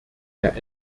der